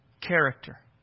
character